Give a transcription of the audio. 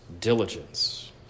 diligence